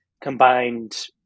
combined